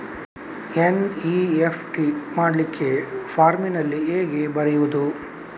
NEFT ಮಾಡ್ಲಿಕ್ಕೆ ಫಾರ್ಮಿನಲ್ಲಿ ಹೇಗೆ ಬರೆಯುವುದು?